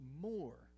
more